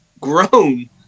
grown